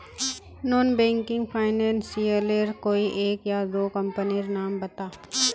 Non banking financial लेर कोई एक या दो कंपनी नीर नाम बता?